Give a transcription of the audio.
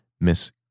Miss